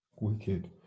wicked